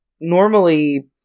normally